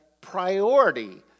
priority